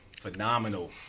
phenomenal